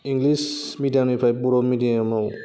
English medium निफ्राय बड' medium आव